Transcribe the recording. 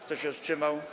Kto się wstrzymał?